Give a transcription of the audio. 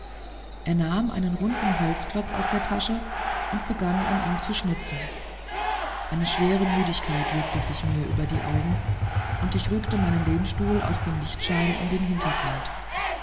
er nahm einen runden holzklotz aus der tasche und begann an ihm zu schnitzen eine schwere müdigkeit legte sich mir über die augen und ich rückte meinen lehnstuhl aus dem lichtschein in den hintergrund